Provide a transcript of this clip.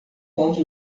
onde